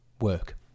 work